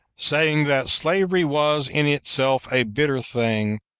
saying that slavery was in itself a bitter thing,